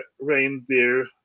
reindeer